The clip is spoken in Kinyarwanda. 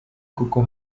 kuko